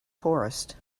forest